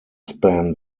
span